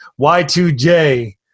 Y2J